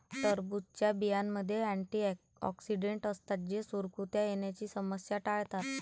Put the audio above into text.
टरबूजच्या बियांमध्ये अँटिऑक्सिडेंट असतात जे सुरकुत्या येण्याची समस्या टाळतात